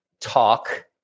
talk